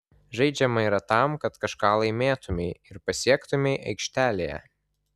žaidžiama yra tam kad kažką laimėtumei ir pasiektumei aikštelėje